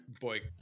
Boy